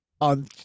on